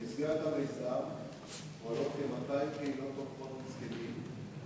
במסגרת המיזם פועלות כ-200 קהילות תומכות לזקנים,